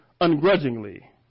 ungrudgingly